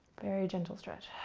very gentle stretch.